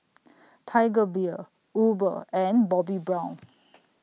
Tiger Beer Uber and Bobbi Brown